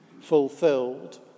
fulfilled